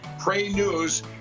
PRAYNEWS